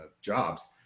jobs